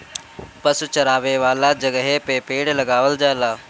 पशु चरावे वाला जगहे पे पेड़ लगावल जाला